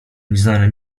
nieznane